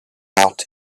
out